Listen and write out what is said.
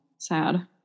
Sad